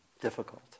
difficult